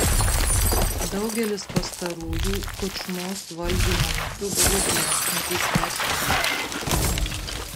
daugelis pastarųjų kučmos valdymo metu buvo klestintys verslininkai